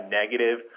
negative